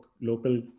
local